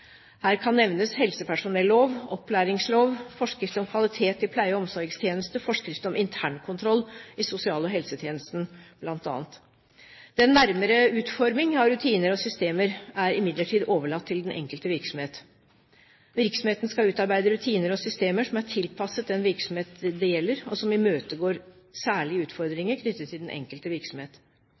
Her kan nevnes helsepersonelloven, opplæringsloven, forskrift om kvalitet i pleie- og omsorgstjenestene og forskrift om internkontroll i sosial- og helsetjenesten, bl.a. Den nærmere utforming av rutiner og systemer er imidlertid overlatt til den enkelte virksomhet. Virksomheten skal utarbeide rutiner og systemer som er tilpasset den virksomhet det gjelder, og som imøtegår særlige utfordringer knyttet til den enkelte virksomhet.